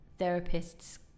therapists